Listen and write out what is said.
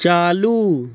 चालू